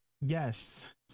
yes